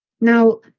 Now